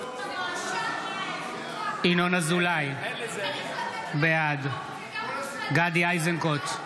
בעד ינון אזולאי, בעד גדי איזנקוט,